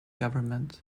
government